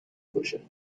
بکشه